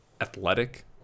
athletic